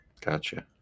Gotcha